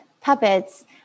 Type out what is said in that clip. puppets